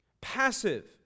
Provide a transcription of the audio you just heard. passive